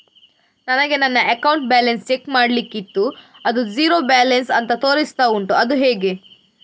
ನನಗೆ ನನ್ನ account balance check ಮಾಡ್ಲಿಕ್ಕಿತ್ತು ಅದು ಝೀರೋ ಬ್ಯಾಲೆನ್ಸ್ ಅಂತ ತೋರಿಸ್ತಾ ಉಂಟು ಅದು ಹೇಗೆ?